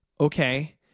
okay